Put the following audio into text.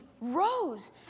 rose